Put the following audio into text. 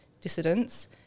dissidents